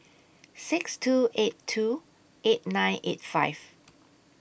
six two eight two eight nine eight five